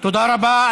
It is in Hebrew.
תודה רבה.